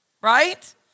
Right